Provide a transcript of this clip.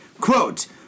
quote